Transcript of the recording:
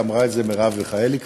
אמרה את זה מרב מיכאלי כבר,